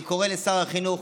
אני קורא לשר החינוך